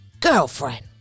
girlfriend